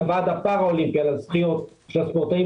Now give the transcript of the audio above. לוועד הפארא אולימפי על הזכיות של הספורטאים